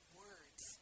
words